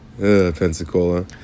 Pensacola